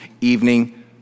evening